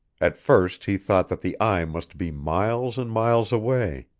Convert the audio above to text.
at first he thought that the eye must be miles and miles away.